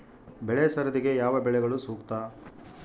ಬೆಳೆ ಸರದಿಗೆ ಯಾವ ಬೆಳೆಗಳು ಸೂಕ್ತ?